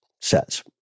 says